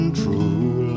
true